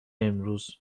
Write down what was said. امروز